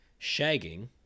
shagging